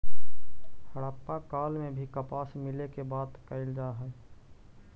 हड़प्पा काल में भी कपास मिले के बात कहल जा हई